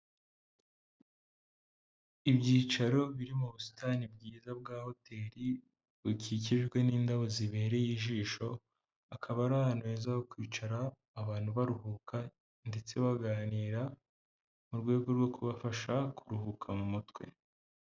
Ibyicaro biri mu busitani bwiza bwa hoteli, bikikijwe n'indabo zibereye ijisho, akaba ari ahantu heza ho kwicara, abantu baruhuka ndetse baganira, mu rwego rwo kubafasha kuruhuka mu mutwe.